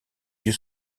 dieu